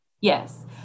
Yes